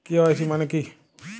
KYC মানে কী?